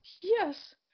Yes